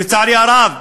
לצערי הרב,